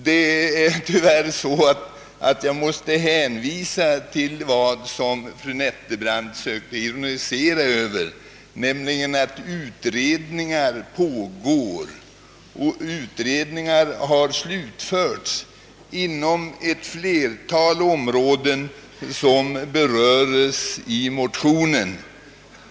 Det är tyvärr så, att jag måste hänvisa till vad fru Nettelbrandt sökte ironisera över, nämligen att utredningar pågår och utredningar har slutförts på ett flertal områden som berörs i motionen.